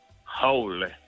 Holy